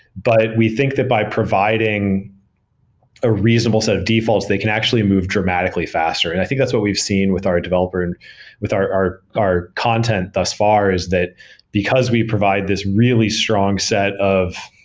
but we think that by providing a reasonable set of defaults, they can actually move dramatically faster, and i think that's what we've seen with our developer and with our our content thus far, is that because we provide this really strong set of